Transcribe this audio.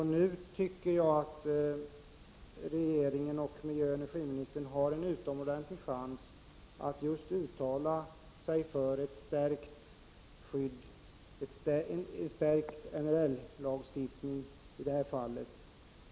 Nu tycker jag att regeringen och miljöministern har en utomordentlig chans att uttala sig för en stärkt NRL-lagstiftning i detta fall.